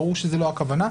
ברור שזאת לא הכוונה,